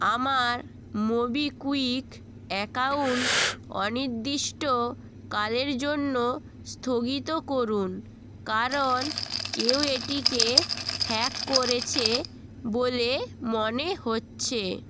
আমার MobiKwik account অনির্দিষ্টকালের জন্য স্থগিত করুন কারণ কেউ এটিকে হ্যাক করেছে বলে মনে হচ্ছে